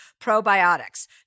probiotics